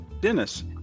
Dennis